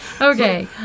Okay